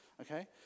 Okay